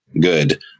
good